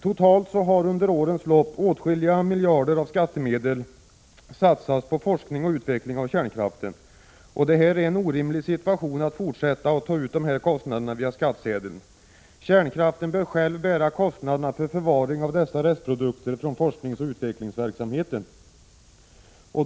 Totalt har under årens lopp åtskilliga miljarder av skattemedel satsats på forskning och utveckling av kärnkraften. Det är orimligt att fortsätta att ta ut dessa kostnader via skattsedeln. Kärnkraften bör själv bära kostnaderna för förvaring av dessa restprodukter från forskningsoch utvecklingsverksamheten.